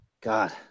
God